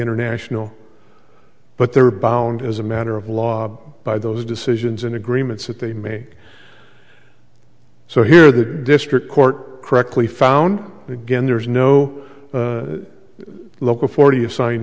international but they're bound as a matter of law by those decisions and agreements that they make so here the district court correctly found again there is no local forty assign